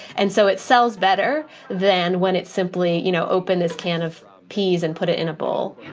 and so it sells better than when it's simply, you know, open this can of peas and put it in a bowl